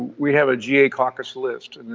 we have a ga caucus list.